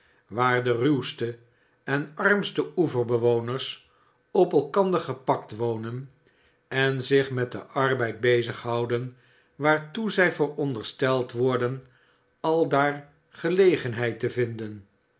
waar de ruwste en armste oeverbewoners op elkander gepakt wonen en zich met den arbeid bezig houden waartoe zij verondersteld worden aldaar gelegenheid te vinden